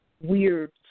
weird